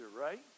right